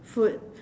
food